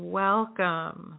welcome